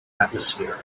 atmosphere